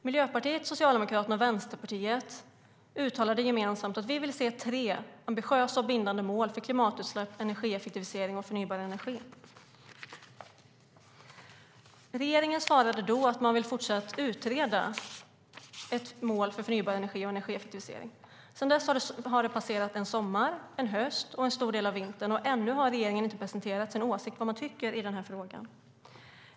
Miljöpartiet, Socialdemokraterna och Vänsterpartiet uttalade gemensamt att vi vill se tre ambitiösa och bindande mål för klimatutsläpp, energieffektivisering och förnybar energi. Regeringen svarade då att man vill fortsätta att utreda ett mål för förnybar energi och energieffektivisering. Sedan dess har det passerat en sommar, en höst och en stor del av vintern, och ännu har regeringen inte presenterat sin åsikt i denna fråga.